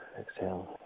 exhale